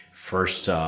first